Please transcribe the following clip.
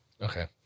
okay